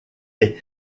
est